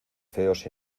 feos